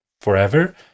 forever